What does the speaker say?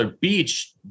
Beach